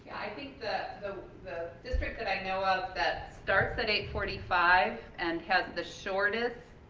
i think that the the district that i know of that starts at eight forty five and has the shortest